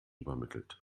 übermittelt